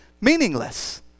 meaningless